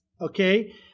okay